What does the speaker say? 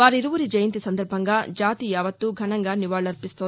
వారిరువురి జయంతి సందర్బంగా జాతి యువత్తు ఘనంగా నివాళులు అర్పిస్తోంది